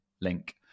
link